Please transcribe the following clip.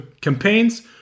campaigns